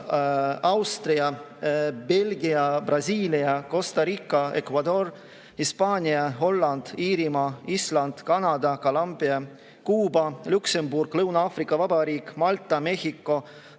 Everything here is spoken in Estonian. Austria, Belgia, Brasiilia, Costa Rica, Ecuador, Hispaania, Holland, Iirimaa, Island, Kanada, Kolumbia, Kuuba, Luksemburg, Lõuna-Aafrika Vabariik, Malta, Mehhiko,